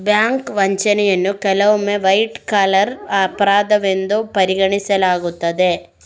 bank ವಂಚನೆಯನ್ನು ಕೆಲವೊಮ್ಮೆ white collar ಅಪರಾಧವೆಂದು ಪರಿಗಣಿಸಲಾಗುತ್ತದೆ